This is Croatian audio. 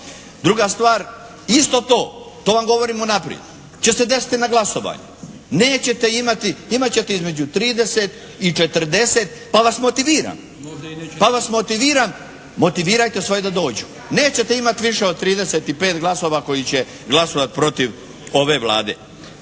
Druga stvar, isto to. To vam govorim unaprijed će se desiti na glasovanju. Nećete imati, imat ćete između 30 i 40 pa vas motiviram, pa vas motiviram, motivirajte svoje da dođu. Nećete imati više od 35 glasova koji će glasovati protiv ove Vlade.